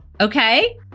Okay